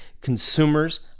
Consumers